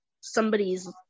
somebody's